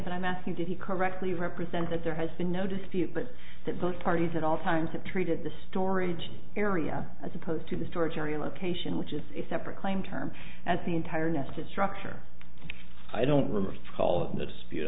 but i'm asking did he correctly represent that there has been no dispute but that both parties at all times have treated the storage area as opposed to the storage area location which is a separate claim term as the entire nested structure i don't remember all of th